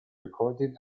recorded